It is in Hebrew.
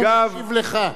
הוא משיב לך.